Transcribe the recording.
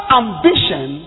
ambition